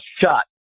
shot